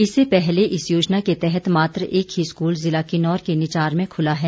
इससे पहले इस योजना के तहत मात्र एक ही स्कूल जिला किन्नौर के निचार में खुला है